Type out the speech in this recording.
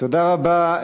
תודה רבה,